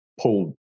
pull